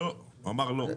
הוא אמר, לא.